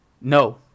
No